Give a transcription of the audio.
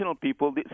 people